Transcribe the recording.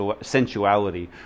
sensuality